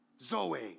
Zoe